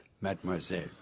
mademoiselle